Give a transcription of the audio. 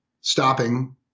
stopping